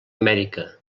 amèrica